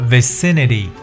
Vicinity